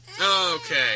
Okay